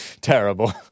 Terrible